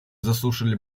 заслушали